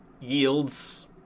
yields